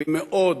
אני מאוד